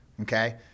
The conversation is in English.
Okay